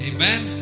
Amen